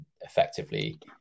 effectively